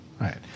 Right